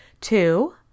two